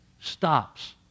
stops